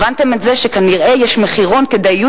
הבנתם את זה שכנראה יש מחירון כדאיות